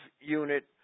unit